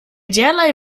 derlei